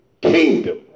kingdom